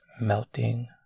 melting